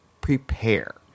prepare